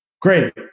great